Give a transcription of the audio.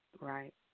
Right